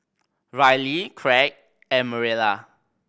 Ryley Kraig and Mariela